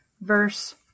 verse